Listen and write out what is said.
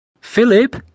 Philip